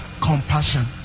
Compassion